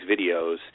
videos